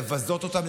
לבזות אותם,